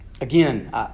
again